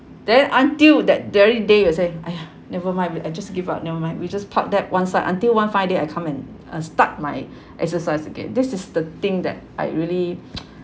then until that very day you say !aiya! never mind I just give up never mind we just park that one side until one fine day I come and uh start my exercise again this is the thing that I really